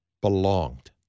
belonged